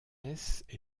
est